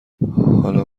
حالا